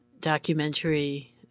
documentary